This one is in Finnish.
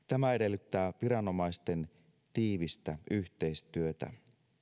tämä edellyttää viranomaisten tiivistä yhteistyötä